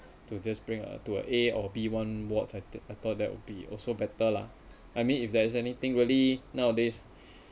to just bring a two A or B one wards at I thought that would be also better lah I mean if there is anything really nowadays